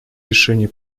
решении